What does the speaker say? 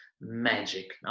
magic